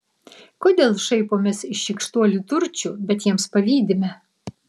kodėl šaipomės iš šykštuolių turčių bet jiems pavydime